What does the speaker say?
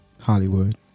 Hollywood